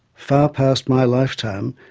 far past my lifetime,